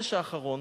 בחודש האחרון